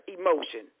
emotion